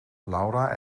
laura